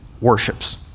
worships